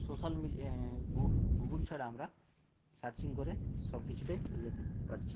social Google ছাড়া আমরা searching করে সব কিছুতেই এগোতে পারছি